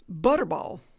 Butterball